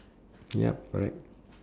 yup correct